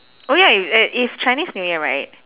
oh ya if uh if chinese new year right